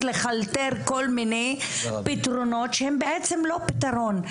לחלטר כל מיני פתרונות שהם בעצם לא פתרון,